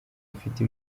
mfite